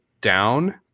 down